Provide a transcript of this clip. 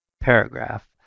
paragraph